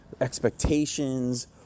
expectations